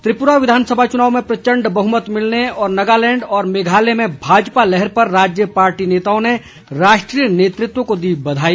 त्रिप्रा विधानसभा चूनाव में प्रचंड बहमत मिलने और नगालैंड व मेघालय में भाजपा लहर पर राज्य पार्टी नेताओं ने राष्ट्रीय नेतृत्व को दी बधाई